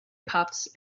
puffs